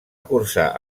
cursar